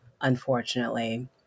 unfortunately